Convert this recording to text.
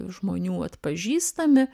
žmonių atpažįstami